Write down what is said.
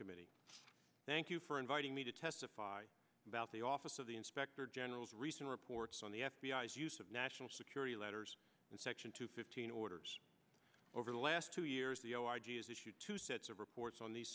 subcommittee thank you for inviting me to testify about the office of the inspector general's recent reports on the f b i s use of national security letters in section two fifteen orders over the last two years ago i g s issued two sets of reports on these